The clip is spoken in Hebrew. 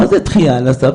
מה זה דחייה על הסף?